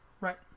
Right